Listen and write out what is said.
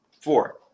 four